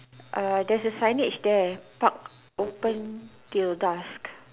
err there's a signage there park open till dusk